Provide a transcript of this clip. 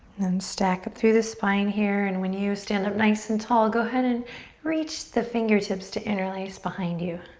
then stack up through the spine here and when your stand up nice and tall go ahead and reach the fingertips to interlace behind you.